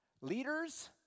Leaders